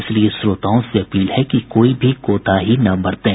इसलिए श्रोताओं से अपील है कि कोई भी कोताही न बरतें